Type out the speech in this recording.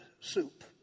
soup